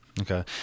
Okay